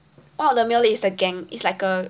one of the male lead is the gang is like a